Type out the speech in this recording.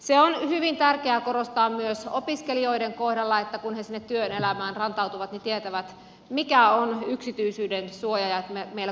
se on hyvin tärkeää korostaa myös opiskelijoiden kohdalla että kun he sinne työelämään rantautuvat niin tietävät sen mikä on yksityisyydensuoja ja sen että meillä kaikilla on siihen oikeus